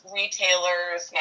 retailers